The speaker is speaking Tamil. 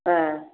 ஆ